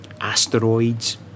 Asteroids